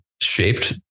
shaped